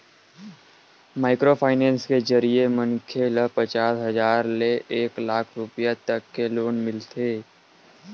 micro finance के जरिए मनखे ल पचास हजार ले एक लाख रूपिया तक के लोन मिलथे